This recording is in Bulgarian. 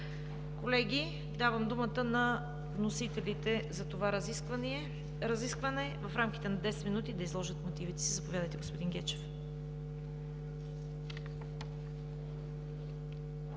Колеги, давам думата на вносителите за това разискване в рамките на 10 минути да изложат мотивите си. Заповядайте, господин Гечев.